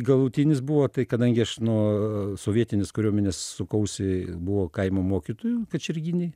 galutinis buvo tai kadangi aš nuo sovietinės kariuomenės sukausi buvau kaimo mokytoju kačerginėj